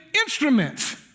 instruments